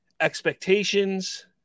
expectations